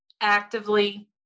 actively